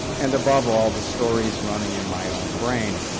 and above all the stories running in my own brain.